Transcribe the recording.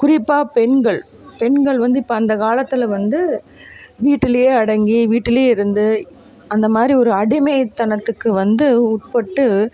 குறிப்பாக பெண்கள் பெண்கள் வந்து இப்போ அந்தக் காலத்தில் வந்து வீட்டிலயே அடங்கி வீட்டிலயே இருந்து அந்தமாதிரி ஒரு அடிமைத்தனத்துக்கு வந்து உட்பட்டு